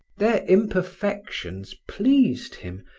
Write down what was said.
their imperfections pleased him,